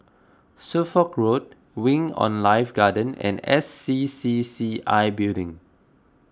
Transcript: Suffolk Road Wing on Life Garden and S C C C I Building